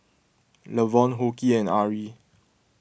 Lavonne Hoke and Ari